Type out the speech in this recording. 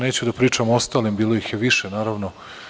Neću da pričam o ostalim, bilo ih je više, naravno.